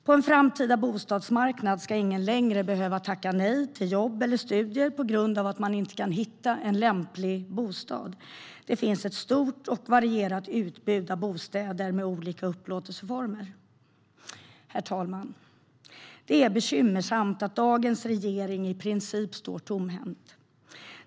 På en framtida bostadsmarknad ska ingen längre behöva tacka nej till jobb eller studier på grund av att man inte kan hitta en lämplig bostad. Det ska finnas ett stort och varierat utbud av bostäder med olika upplåtelseformer. Herr talman! Det är bekymmersamt att dagens regering i princip står tomhänt.